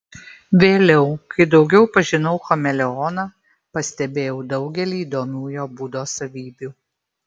vėliau kai daugiau pažinau chameleoną pastebėjau daugelį įdomių jo būdo savybių